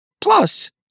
Plus